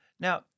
Now